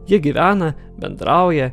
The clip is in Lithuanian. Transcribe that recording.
jie gyvena bendrauja